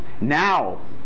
Now